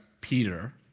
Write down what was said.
Peter